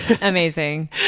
Amazing